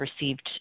received